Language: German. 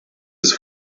ist